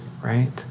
right